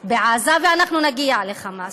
בעזה, ואנחנו נגיע ל"חמאס".